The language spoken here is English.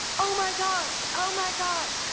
oh, my gosh, oh, my gosh,